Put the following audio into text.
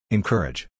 Encourage